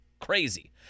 Crazy